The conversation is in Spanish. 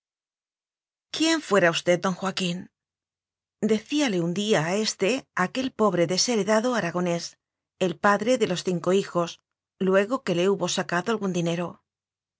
quién fuera usted don joaquínde cíale un día a éste aquel pobre desheredado aragonés el padre de los cinco hijos luegoque le hubo sacado algún dinero